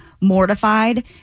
mortified